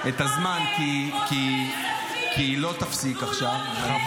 כי היא לא תפסיק עכשיו.